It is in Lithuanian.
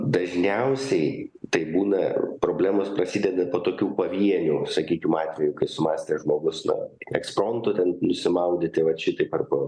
dažniausiai tai būna problemos prasideda po tokių pavienių sakykim atvejų kai sumąstė žmogus na ekspromtu ten nusimaudyti vat šitaip arba